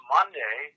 Monday